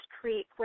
Creek